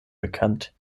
bekannt